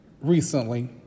recently